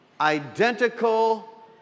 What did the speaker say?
identical